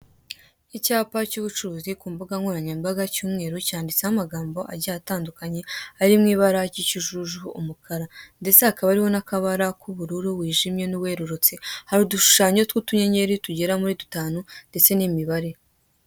Icyapa cy'ubucuruzi kumbuga nkoranyambaga cy'umweru cyanditseho amagambo agiye atandukanye ari mu ibara ry'ikijuju umukara, ndetse hakaba hariho n'akabara k'ubururu wijimye n'uwerurutse hari udushushanyo tw'utunyenyeri tugera muri dutanu ndetse n'imibare.